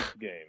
game